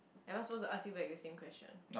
and I supposed to ask you back the same question